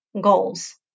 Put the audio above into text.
goals